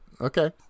Okay